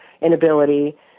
inability